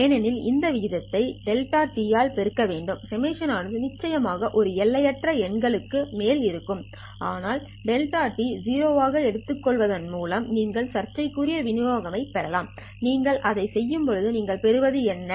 ஏனெனில் இந்த வீதத்தை δt ஆல் பெருக்க வேண்டும் Σ ஆனது நிச்சயமாக ஒரு எல்லையற்ற எண்கள்க்கு மேல் இருக்கும் ஆனால் δt ஐ 0 ஆக எடுத்துக்கொள்வதன் மூலம் நீங்கள் சர்ச்சைக்குரிய விநியோகம் பெறலாம் நீங்கள் அதைச் செய்யும்போது நீங்கள் பெறுவது என்ன